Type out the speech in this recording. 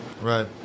Right